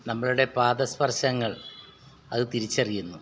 നമ്മളുടെ പാദസ്പർശങ്ങൾ അത് തിരിച്ചറിയുന്നു